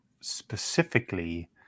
specifically